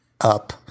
up